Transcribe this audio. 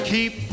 Keep